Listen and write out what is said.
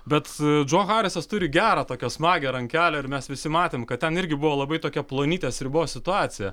bet džo harisas turi gerą tokią smagią rankelę ir mes visi matėm kad ten irgi buvo labai tokia plonytės ribos situacija